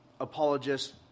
apologists